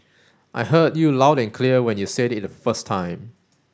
I heard you loud and clear when you said it the first time